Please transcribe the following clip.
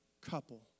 couple